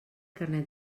carnet